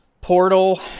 Portal